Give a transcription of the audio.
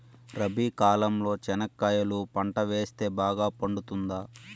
రబి కాలంలో చెనక్కాయలు పంట వేస్తే బాగా పండుతుందా?